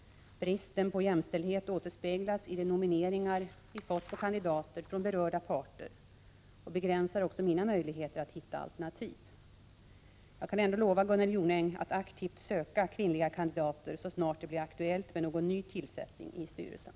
Bristen på jämställdhet återspeglas i de nomineringar vi fått på kandidater från berörda parter och begränsar också mina möjligheter att hitta alternativ. Jag kan ändå lova Gunnel Jonäng att aktivt söka kvinnliga kandidater så snart det blir aktuellt med någon nytillsättning i styrelsen.